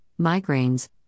migraines